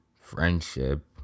friendship